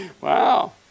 Wow